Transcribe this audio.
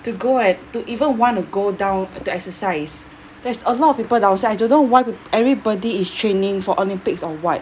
to go and to even want to go down to exercise there's a lot of people outside I don't know why peop~ everybody is training for olympics or what